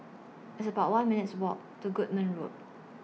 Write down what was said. It's about one minutes' Walk to Goodman Road